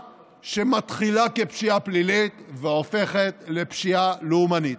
שמתחילה כפשיעה פלילית והופכת לפשיעה לאומנית.